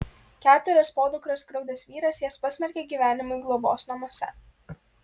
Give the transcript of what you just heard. keturias podukras skriaudęs vyras jas pasmerkė gyvenimui globos namuose